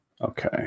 Okay